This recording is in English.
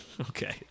Okay